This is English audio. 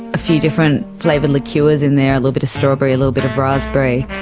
a few different flavoured liqueurs in there, a little bit of strawberry, a little bit of raspberry,